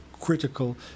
critical